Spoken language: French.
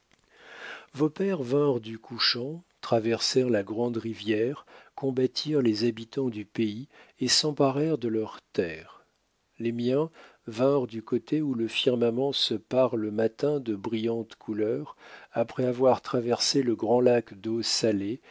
vos pères vinrent du couchant traversèrent la grande rivière combattirent les habitants du pays et s'emparèrent de leurs terres les miens vinrent du côté où le firmament se pare le matin de brillantes couleurs après avoir traversé le grand lac deau salée